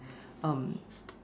um